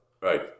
Right